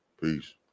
peace